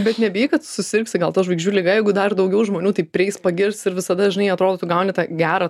bet nebijai kad susirgsi gal ta žvaigždžių liga jeigu dar daugiau žmonių taip prieis pagirs ir visada žinai atrodo tu gauni tą gerą